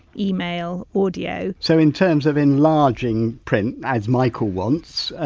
email, audio so in terms of enlarging print, as michael wants,